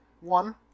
one